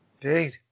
Indeed